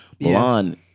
Milan